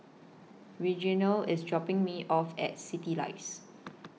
Reginal IS dropping Me off At Citylights